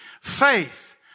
faith